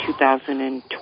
2020